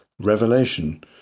revelation